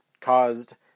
caused